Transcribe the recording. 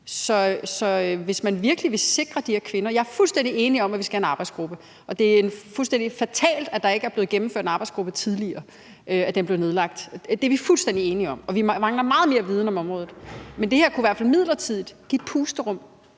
er jo en beskyttelse af hende. Jeg er fuldstændig enig i, at vi skal have en arbejdsgruppe. Og det er fuldstændig fatalt, at der ikke er blevet gennemført en arbejdsgruppe tidligere, og at den blev nedlagt. Det er vi fuldstændig enige om. Vi mangler meget mere viden om området. Men det her kunne i hvert fald midlertidigt give et pusterum